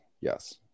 yes